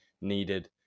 needed